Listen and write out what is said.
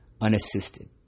unassisted